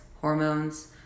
hormones